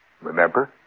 remember